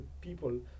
people